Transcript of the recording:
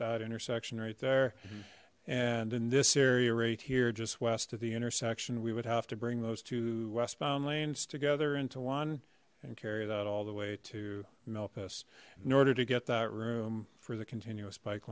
that intersection right there and in this area right here just west of the intersection we would have to bring those two westbound lanes together into one and carry that all the way to melt this in order to get that room for the continuous bike